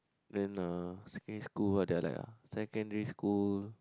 then uh secondary school what did I like ah secondary school